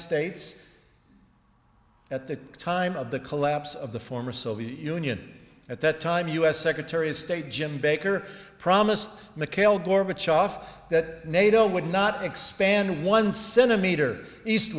states at the time of the collapse of the former soviet union at that time u s secretary of state jim baker promised mikael gorbachev that nato would not expand one centimeter east